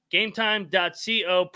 Gametime.co